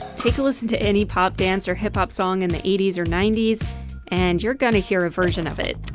take a listen to any pop, dance, or hip hop song in the eighty s or ninety s and you're gonna hear a version of it.